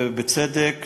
ובצדק,